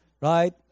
right